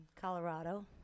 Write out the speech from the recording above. colorado